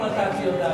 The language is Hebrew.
לרשותך שלוש דקות.